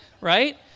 right